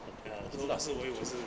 hotel 都是我有一时